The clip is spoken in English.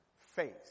faith